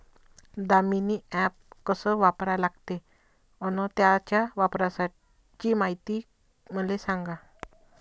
Damini app कस वापरा लागते? अन त्याच्या वापराची मायती मले सांगा